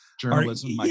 journalism